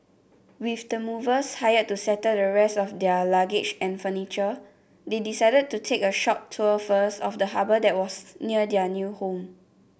with the movers hired to settle the rest of their luggage and furniture they decided to take a short tour first of the harbour that was near their new home